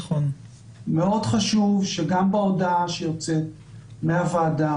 מאוד חשוב שגם בהודעה שיוצאת מהוועדה